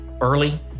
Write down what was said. early